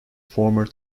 former